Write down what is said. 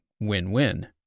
Win-win